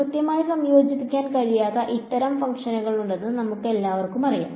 കൃത്യമായി സംയോജിപ്പിക്കാൻ കഴിയാത്ത ഇത്തരം ഫംഗ്ഷനുകൾ ഉണ്ടെന്ന് നമുക്കെല്ലാവർക്കും അറിയാം